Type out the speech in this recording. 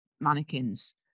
mannequins